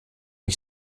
ich